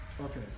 Okay